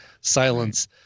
silence